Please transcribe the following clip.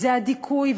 זה הדיכוי,